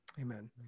Amen